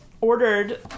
ordered